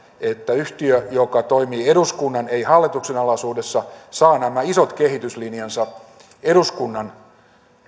että yhtiö joka toimii eduskunnan ei hallituksen alaisuudessa saa nämä isot kehityslinjansa eduskunnan